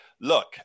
Look